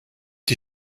die